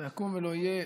לא יקום ולא יהיה.